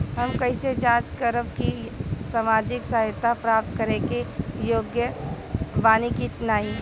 हम कइसे जांच करब कि सामाजिक सहायता प्राप्त करे के योग्य बानी की नाहीं?